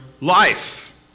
life